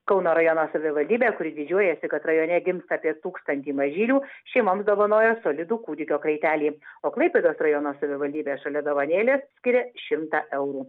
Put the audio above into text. kauno rajono savivaldybė kuri didžiuojasi kad rajone gimsta apie tūkstantį mažylių šeimoms dovanojo solidų kūdikio kraitelį o klaipėdos rajono savivaldybė šalia dovanėlės skiria šimtą eurų